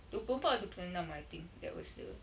dua puluh empat or dua puluh enam I think that was the